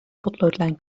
potloodlijn